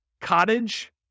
Cottage